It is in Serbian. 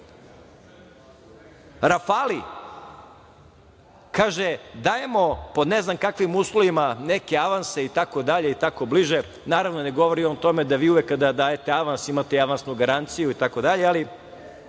Kaže - dajemo pod ne znam kakvim uslovima neke avanse, i tako dalje i tako bliže, naravno, ne govori o tome da vi uvek kada dajete avans imate i avansnu garanciju itd, ali